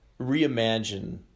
reimagine